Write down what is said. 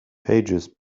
pages